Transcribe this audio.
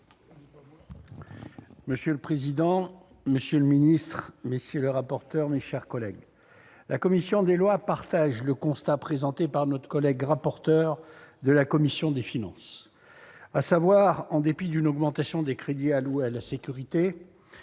Monsieur le président, monsieur le secrétaire d'État, madame, messieurs les rapporteurs, mes chers collègues, la commission des lois partage le constat dressé par notre collègue rapporteur spécial de la commission des finances : en dépit d'une augmentation des crédits alloués à la sécurité,